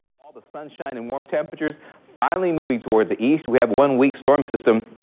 all the sunshine and warm temperatures finally moving towards the east. we have one weak storm system,